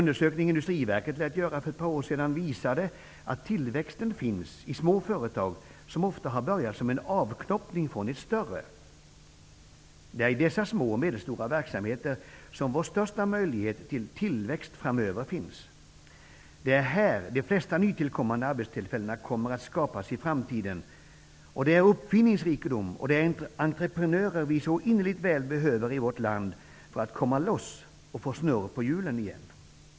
Industriverket gjorde för ett par år sedan en undersökning som visade att tillväxten finns i små företag, som ofta har börjat som en avknoppning från de större. Det är i dessa små och medelstora verksamheter som vår största möjlighet till framtida tillväxt kommer att finnas. Det är här de flesta nytillkommande arbetstillfällena kommer att skapas i framtiden. Det är uppfinningsrikedom och entreprenörer vårt land så innerligt väl behöver för att komma loss och åter få snurr på hjulen.